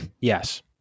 Yes